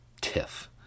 tiff